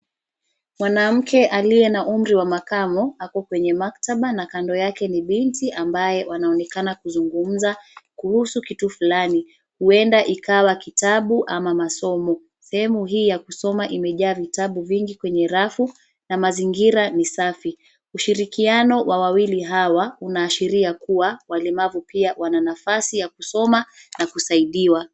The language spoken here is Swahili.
Mwanamke aliye na umri wa makamo, ako kwenye maktaba na kando yake ni binti ambaye wanaonekana kuzungumza kuhusu kitu fulani, huenda ikawa kitabu ama masomo. Sehemu hii ya kusoma imejaa vitabu vingi kwenye rafu na mazingira ni safi. Ushirikiano wa wawili hawa, unaashiria kuwa walemavu pia wana nafasi ya kusoma na kusaidiwa.